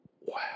wow